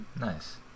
Nice